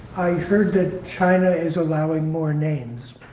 heard that china is allowing more names.